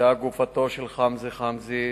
נמצאה גופתו של חמזה חמזה,